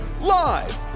live